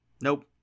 nope